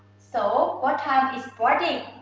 so what time is boarding?